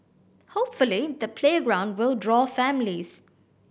hopefully the playground will draw families